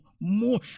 more